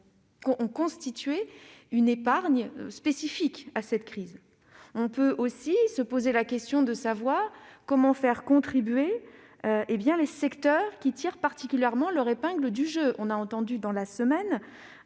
ont constitué une épargne spécifique grâce à cette crise. On peut aussi se poser la question de savoir comment faire contribuer les secteurs qui tirent particulièrement leur épingle du jeu. Cette semaine,